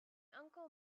uncle